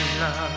love